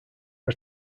are